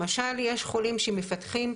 למשל יש חולים שמפתחים,